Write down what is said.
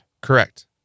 Correct